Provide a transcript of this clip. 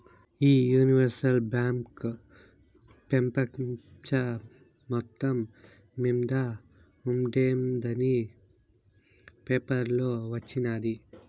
ఈ universal bank పెపంచం మొత్తం మింద ఉండేందని పేపర్లో వచిన్నాది